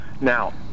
Now